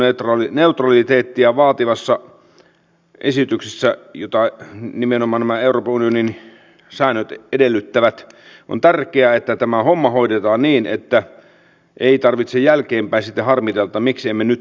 tässä kilpailuneutraliteettia vaativassa esityksessä jota nimenomaan nämä euroopan unionin säännöt edellyttävät on tärkeää että tämä homma hoidetaan niin että ei tarvitse jälkeenpäin sitten harmitella miksi emme nyt toimineet